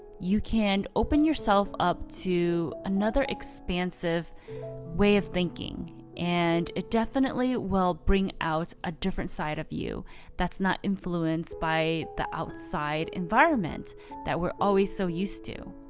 you can open yourself up to another expansive way of thinking and it definitely will bring out a different side of you that's not influenced by the outside environment that we're always so used to.